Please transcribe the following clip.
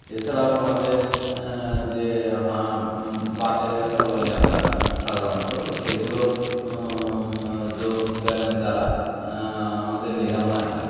এছাড়াও আমাদের যে হা বাতের ব্যথা বলি আমরা সাধারণত সেগুলো যোগব্যায়ামের দ্বারা আমাদের নিরাময় হয়